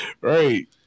Right